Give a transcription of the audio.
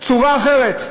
צורה אחרת.